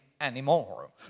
anymore